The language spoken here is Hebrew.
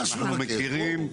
אנחנו לא מכירים.